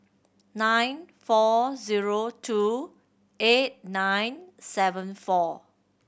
nine four zero two eight nine seven four